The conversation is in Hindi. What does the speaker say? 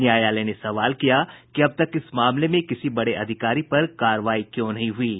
न्यायालय ने सवाल किया कि अब तक इस मामले में किसी बड़े अधिकारी पर कार्रवाई क्यों नहीं हुई है